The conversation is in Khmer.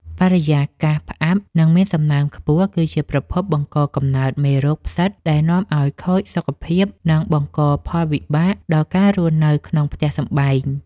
បរិយាកាសផ្អាប់ និង មានសំណើមខ្ពស់គឺជាប្រភពបង្កកំណើតមេរោគផ្សិតដែលនាំឱ្យខូចសុខភាព និង បង្កផលវិបាកដល់ការរស់នៅក្នុងផ្ទះសម្បែង។